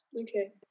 Okay